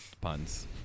puns